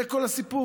זה כל הסיפור.